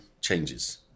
changes